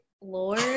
Lord